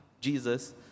Jesus